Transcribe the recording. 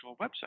website